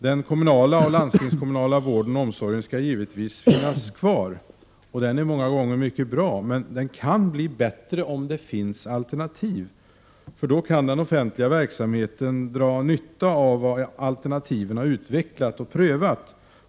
Den kommunala och landstingskommunala vården och omsorgen skall givetvis finnas kvar. Den är många gånger mycket bra. Men den kan bli bättre om det finns alternativ. Den offentliga verksamheten kan dra nytta av vad man inom alternativen har utvecklat och prövat.